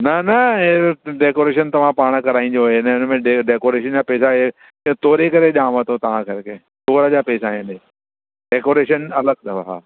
न न हे डेकोरेशन तव्हां पाण कराइजो इन्हनि में डे डेकोरेशन जा पैसा हे ईअं तोरे करे ॾेआव थो तव्हां कर के तोर जा पैसा आहिनि डेकोरेशन अलॻि अथव हा